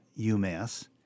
UMass